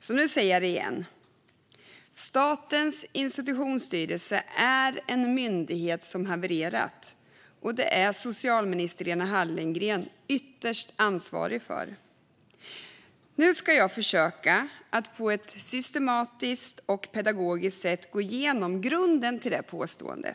Så nu säger jag det igen: Statens institutionsstyrelse är en myndighet som har havererat, och det är socialminister Lena Hallengren ytterst ansvarig för. Nu ska jag på ett systematiskt och pedagogiskt sätt försöka gå igenom grunden för detta påstående.